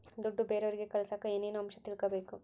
ದುಡ್ಡು ಬೇರೆಯವರಿಗೆ ಕಳಸಾಕ ಏನೇನು ಅಂಶ ತಿಳಕಬೇಕು?